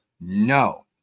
No